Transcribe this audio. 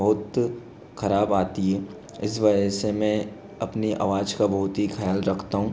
बहुत ख़राब आती है इस वजह से मैं अपनी आवाज़ का बहुत ही ख़्याल रखता हूँ